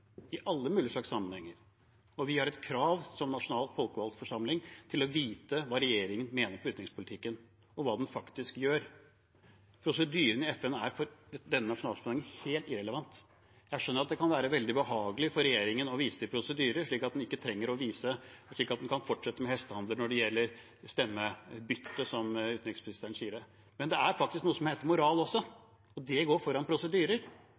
i alle mulige slags sammenhenger. Og vi har krav, som nasjonal folkevalgt forsamling, på å vite hva regjeringen mener i utenrikspolitikken, og hva den faktisk gjør. Prosedyrene i FN er for denne nasjonalforsamlingen helt irrelevante. Jeg skjønner at det kan være veldig behagelig for regjeringen å vise til prosedyrer, slik at en kan fortsette med hestehandler når det gjelder stemmebytte, som utenriksministeren sier. Men det er faktisk noe som heter moral også, og det går foran prosedyrer.